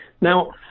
Now